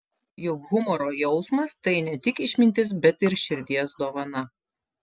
juk humoro jausmas tai ne tik išmintis bet ir širdies dovana